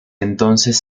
entonces